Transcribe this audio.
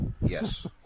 Yes